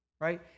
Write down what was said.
right